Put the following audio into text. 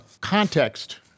context-